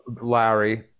larry